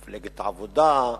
מפלגת העבודה,